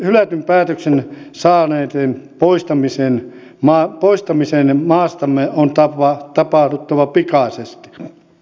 hylätyn päätöksen saaneiden poistamisen maastamme on tapahduttava pikaisesti